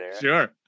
Sure